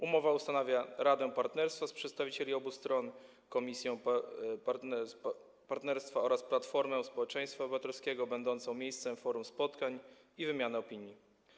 Umowa ustanawia Radę Partnerstwa ze składem z przedstawicieli obu stron, komisję partnerstwa oraz platformę społeczeństwa obywatelskiego będącą miejscem, forum spotkań i wymiany opinii.